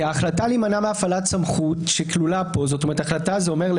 ההחלטה להימנע מהפעלת סמכות שכלולה פה החלטה זה אומר,